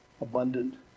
abundant